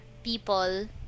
People